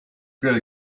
good